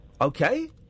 Okay